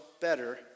better